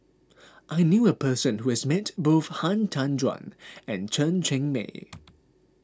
I knew a person who has met both Han Tan Juan and Chen Cheng Mei